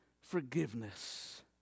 forgiveness